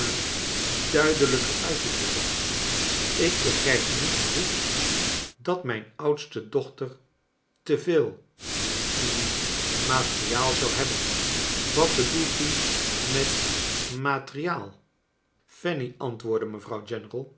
duidelijker uit te drukken ik begrijp niet goed dat mijn oudste dochter te veel hm materiaal zou hebben wat bedoelt u met materiaal fanny antwoordde mevrouw